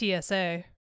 TSA